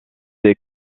des